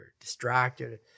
distracted